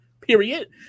period